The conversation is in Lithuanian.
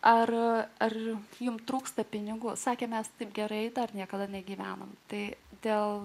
ar ar jums trūksta pinigų sakė mes taip gerai dar niekada negyvenome tai dėl